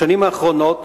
בשנים האחרונות